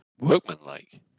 workmanlike